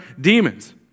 demons